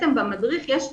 במדריך יש פירוט,